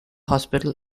hospital